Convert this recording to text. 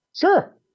Sure